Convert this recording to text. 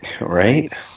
Right